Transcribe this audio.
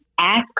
ask